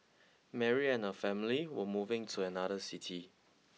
Mary and her family were moving to another city